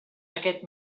aquest